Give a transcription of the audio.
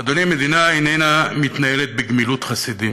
אדוני, מדינה איננה מתנהלת בגמילות חסדים,